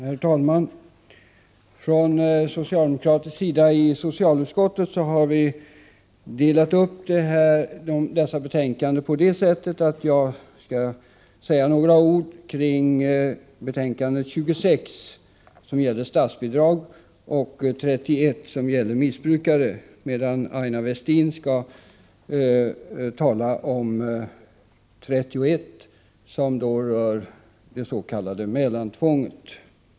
Herr talman! Från socialdemokratisk sida i socialutskottet har vi delat upp dessa betänkanden på det sättet att jag skall säga några ord om betänkande 26, som gäller statsbidrag, och betänkande 30, som gäller missbrukare, medan Aina Westin skall tala om betänkande 31, som rör det s.k. mellantvånget.